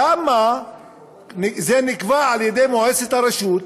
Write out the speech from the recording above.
למה זה נקבע על-ידי מועצת הרשות,